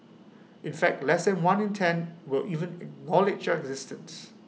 in fact less than one in ten will even knowledge your existence